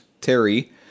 Terry